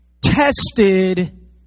tested